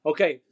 Okay